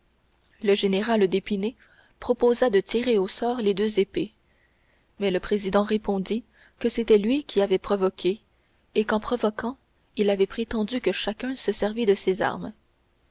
le général d'épinay proposa de tirer au sort les deux épées mais le président répondit que c'était lui qui avait provoqué et qu'en provoquant il avait prétendu que chacun se servit de ses armes